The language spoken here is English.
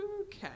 Okay